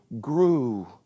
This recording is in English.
grew